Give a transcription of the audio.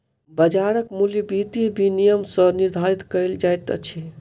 बाजारक मूल्य वित्तीय विनियम सॅ निर्धारित कयल जाइत अछि